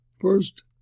First